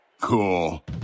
Cool